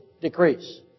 decrease